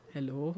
Hello